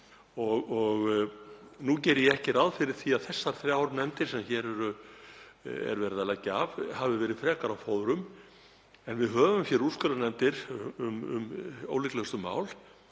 Nú geri ég ekki ráð fyrir því að þær nefndir sem hér er verið að leggja af hafi verið frekar á fóðrum en við höfum úrskurðarnefndir um ólíklegustu mál